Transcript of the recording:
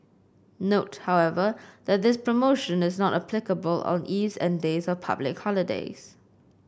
note however that this promotion is not applicable on eves and days of public holidays